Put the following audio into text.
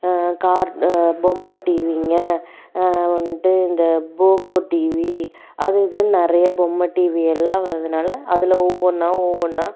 car பொம்மை டிவிங்க வந்துட்டு இந்த போகோ டிவி அது இதுன்னு நிறைய பொம்மை டிவி எல்லா வர்றதனால அதில் ஒவ்வொன்றா ஒவ்வொன்றா